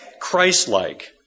Christ-like